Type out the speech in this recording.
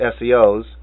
SEOs